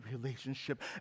relationship